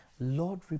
Lord